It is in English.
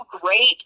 great